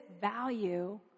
value